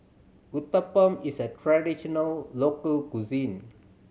uthapam is a traditional local cuisine